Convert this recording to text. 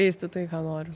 keisti tai ką noriu